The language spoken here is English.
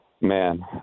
Man